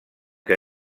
que